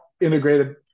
integrated